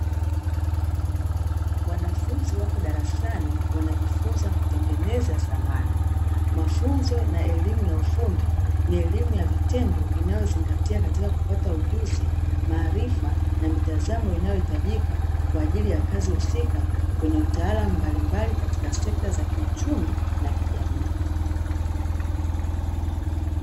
Wanafunzi wapo darasani wanajifunza kutengeneza samani. Mafunzo na elimu ya ufundi ni elimu ya vitendo inayozingatia katika kupata ujuzi, maarifa na mitazamo inayohitajika kwa ajili ya kazi husika, kwenye utaalamu mbalimbali katika sekta za kiuchumi na kijamii.